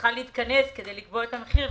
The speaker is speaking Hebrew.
צריכה להתכנס כדי לקבוע את המחיר,